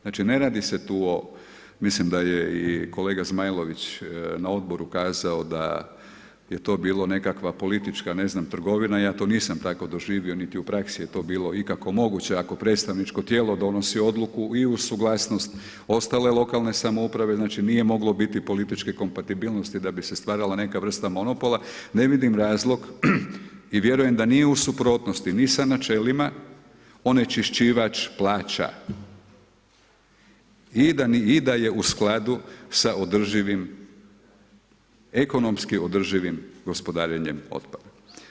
Znači, ne radi se tu o mislim da je i kolega Zmajlović na odboru kazao da je to bila nekakva politička ne znam trgovina, ja to nisam tako doživio niti u praksi je to bilo ikako moguće ako predstavničko tijelo donosi odluku i uz suglasnost ostale lokalne samouprave znači nije moglo biti političke kompatibilnosti da bi se stvarala neka vrsta monopola, ne vidim razlog i vjerujem da nije u suprotnosti ni sa načelima onečiščivać plaća i da je u skladu sa održivim, ekonomski održivim gospodarenjem otpadom.